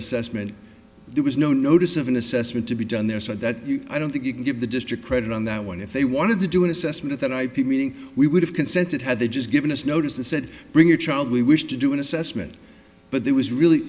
assessment there was no notice of an assessment to be done there so that you i don't think you can give the district credit on that one if they wanted to do an assessment of their ip meaning we would have consented had they just given us notice the said bring your child we wish to do an assessment but there was really